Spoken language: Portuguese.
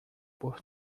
por